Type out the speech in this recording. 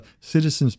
citizens